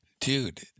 Dude